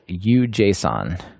ujson